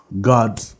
God